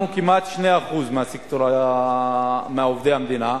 אנחנו כמעט 2% מאזרחי המדינה,